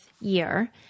year